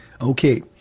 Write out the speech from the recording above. Okay